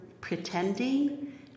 pretending